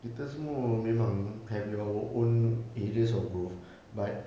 kita semua memang have your own areas of growth but